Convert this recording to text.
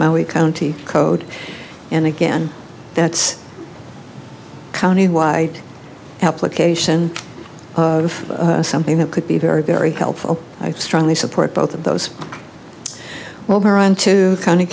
maui county code and again that's countywide application of something that could be very very helpful i strongly support both of those well they're on to kind of